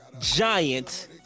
giant